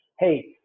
Hey